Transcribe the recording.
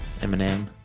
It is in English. Eminem